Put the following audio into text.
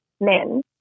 men